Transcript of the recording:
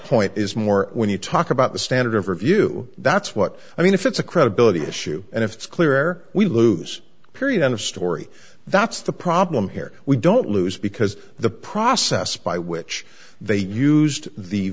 point is more when you talk about the standard of review that's what i mean if it's a credibility issue and if it's clear we lose period end of story that's the problem here we don't lose because the process by which they used the